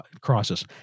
crisis